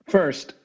First